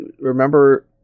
Remember